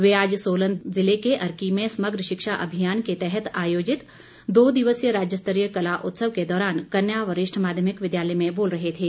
वे आज सोलन जिले के अर्की में समग्र शिक्षा अभियान के तहत आयोजित दो दिवसीय राज्य स्तरीय कला उत्सव के दौरान कन्या वरिष्ठ माध्यमिक विद्यालय में बोल रहे थे